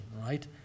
right